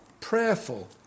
prayerful